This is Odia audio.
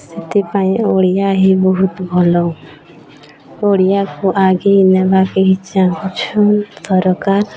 ସେଥିପାଇଁ ଓଡ଼ିଆ ହିଁ ବହୁତ ଭଲ ଓଡ଼ିଆକୁ ଆଗେଇ ନେବାକି ଚାହୁଁଛୁ ସରକାର